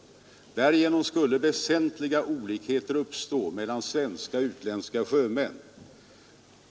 Därigenom skulle väsentliga olikheter uppstå mellan svenska och utländska sjömän.